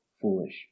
foolish